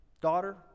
daughter